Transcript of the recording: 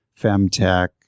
femtech